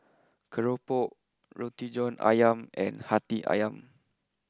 Keropok Roti John Ayam and Hati Ayam